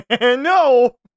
No